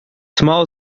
small